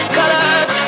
colors